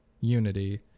Unity